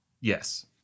yes